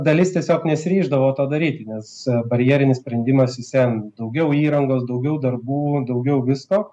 dalis tiesiog nesiryždavo to daryti nes barjerinis sprendimas vis vien daugiau įrangos daugiau darbų daugiau visko